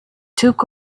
took